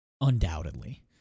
Undoubtedly